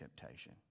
temptation